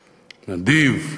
נדיב,